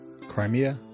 Crimea